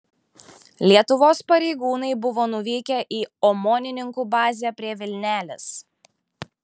lietuvos pareigūnai buvo nuvykę į omonininkų bazę prie vilnelės